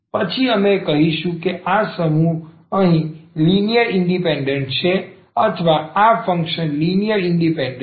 પછી અમે કહીશું કે આ સમૂહ અહીં લિનિયર ઇન્ડિપેન્ડન્સ છે અથવા આ ફંક્શન ો લિનિયર ઇન્ડિપેન્ડન્સ છે